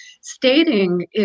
stating